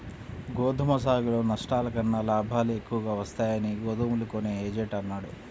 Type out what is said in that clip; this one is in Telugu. గోధుమ సాగులో నష్టాల కన్నా లాభాలే ఎక్కువగా వస్తాయని గోధుమలు కొనే ఏజెంట్ అన్నాడు